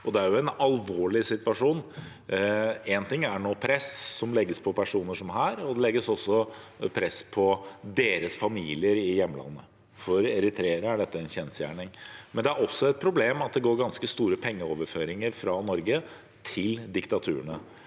Det er en alvorlig situasjon. Én ting er press som legges på personer, som her – og det legges også press på deres familier i hjemlandet. For eritreere er dette en kjensgjerning. Men det er også et problem at det går ganske store pengeoverføringer fra Norge til diktaturene,